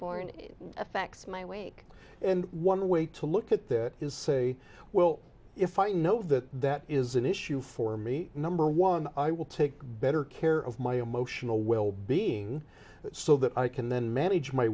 born it affects my wake and one way to look at that is say well if i know that that is an issue for me number one i will take better care of my emotional well being so that i can then manage my